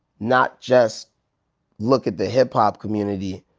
not just look at the hip hop community,